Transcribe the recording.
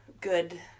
good